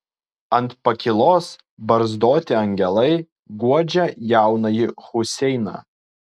ant pakylos barzdoti angelai guodžia jaunąjį huseiną